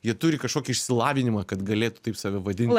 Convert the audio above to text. jie turi kažkokį išsilavinimą kad galėtų taip save vadinti